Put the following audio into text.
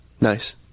Nice